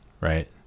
right